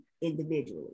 individually